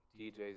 DJ's